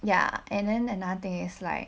ya and then another thing is like